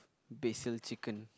Basil Chicken